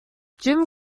jim